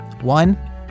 one